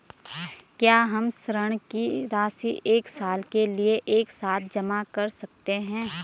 क्या हम ऋण की राशि एक साल के लिए एक साथ जमा कर सकते हैं?